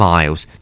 Miles